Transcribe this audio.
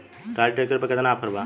Trolley tractor पर केतना offer बा?